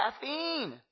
caffeine